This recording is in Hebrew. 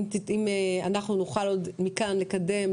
אם אנחנו נוכל עוד מכאן לקדם,